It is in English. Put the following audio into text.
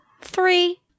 Three